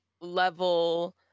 level